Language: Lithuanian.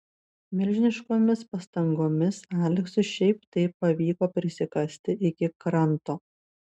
milžiniškomis pastangomis aleksui šiaip taip pavyko prisikasti iki kranto